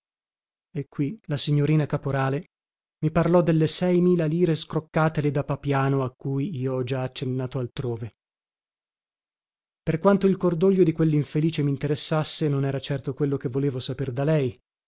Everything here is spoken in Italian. e qui la signorina caporale mi parlò delle sei mila lire scroccatele da papiano a cui io ho già accennato altrove per quanto il cordoglio di quellinfelice minteressasse non era certo quello che volevo saper da lei